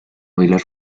bailar